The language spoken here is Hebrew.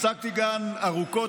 עסקתי גם ארוכות,